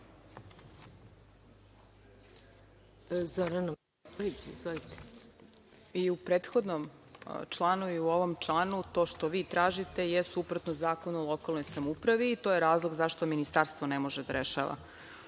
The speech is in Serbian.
I u prethodnom članu i u ovom članu to što vi tražite je suprotno Zakonu o lokalnoj samoupravi i to je razlog zašto Ministarstvo ne može da rešava